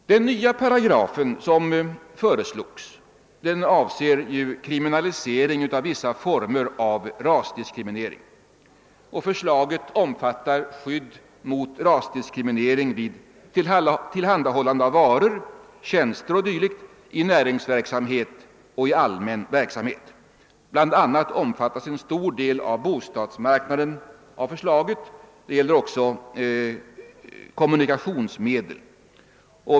Den nya paragraf som föreslås avser kriminalisering av vissa former av rasdiskriminering och omfattar skydd mot rasdiskriminering vid tillhandahållande av varor, tjänster o.d. i näringsverksamhet och i allmän verksamhet. Bland annat omfattas en stor del av bostadsmarknaden av förslaget och det gäller också kommunikationsmedel.